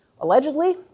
Allegedly